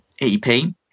EP